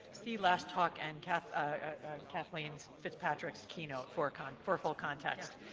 see last talk and kathleen kathleen fitzpatrick's keynote for kind of for full context.